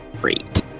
great